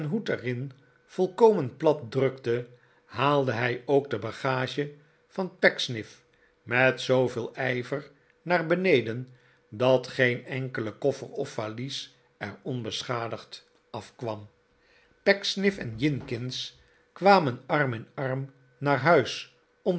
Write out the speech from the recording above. er in volkomen plat drukte haalde hij ook de bagage van pecksniff met zooveel ijver naar beneden dat geen enkele koffer of valies er onbeschadigd afkwam pecksniff en jinkins kwamen arm in arm naar huis